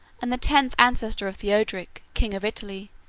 and the tenth ancestor of theodoric, king of italy,